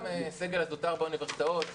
גם הסגל הזוטר באוניברסיטאות,